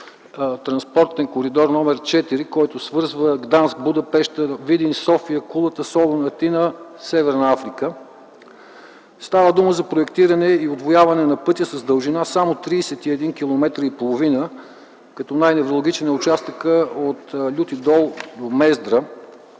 транспортен коридор № 4, който свързва Гданск, Будапеща, Видин, София, Кулата, Солун, Атина, Северна Африка. Става дума за проектиране и удвояване на път с дължина само 31,5 км, като най-невралгичен е участъкът Люти дол-Мездра.